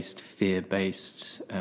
fear-based